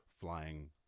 flying